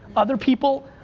other people,